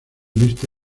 viste